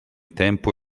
tempo